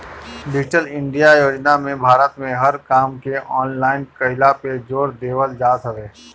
digital India योजना में भारत में हर काम के ऑनलाइन कईला पे जोर देवल जात हवे